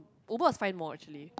Uber is fined more actually